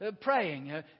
praying